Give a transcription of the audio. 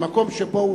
למקום שבו הוא